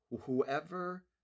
Whoever